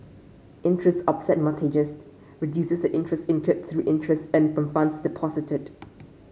interest offset mortgages reduces interest incurred through interest earned from funds deposited